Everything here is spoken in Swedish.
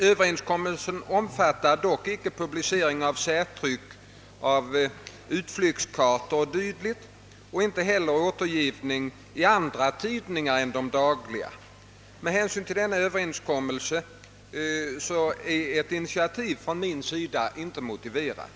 Överenskommelsen omfattar dock inte publicering av särtryck av utflyktskartor o. d. och inte heller återgivning i andra tidningar än de dagliga. Med hänsyn till denna överenskommelse är något initiativ från min sida inte motiverat.